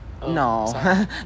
No